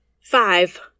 Five